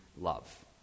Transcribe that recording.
love